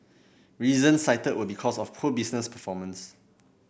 reasons cited were because of poor business performance